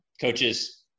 Coaches